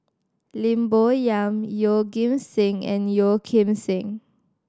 Lim Bo Yam Yeoh Ghim Seng and Yeo Kim Seng